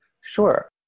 Sure